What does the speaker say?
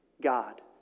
God